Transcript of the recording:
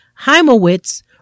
Heimowitz